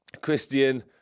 Christian